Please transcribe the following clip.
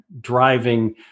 driving